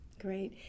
Great